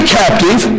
captive